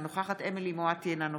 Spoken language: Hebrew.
נוכח מאיר כהן,